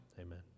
Amen